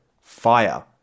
fire